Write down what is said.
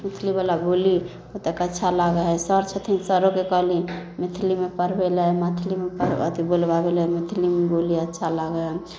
मैथिलीवला बोली बहुतेक अच्छा लागै हइ सर छथिन सरोके कहली मैथिलीमे पढ़बैलए मैथिलीमे अथी बोलबाबैलए मैथिलीमे बोली अच्छा लागै हइ